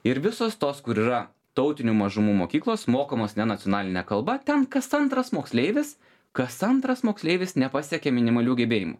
ir visos tos kur yra tautinių mažumų mokyklos mokamos ne nacionaline kalba ten kas antras moksleivis kas antras moksleivis nepasiekia minimalių gebėjimų